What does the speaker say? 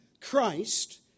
Christ